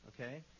okay